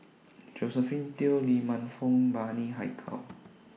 Josephine Teo Lee Man Fong Bani Haykal